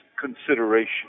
consideration